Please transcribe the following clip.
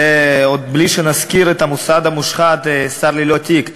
זה עוד בלי שנזכיר את המוסד המושחת, שר ללא תיק.